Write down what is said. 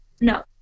No